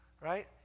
Right